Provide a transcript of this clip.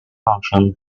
function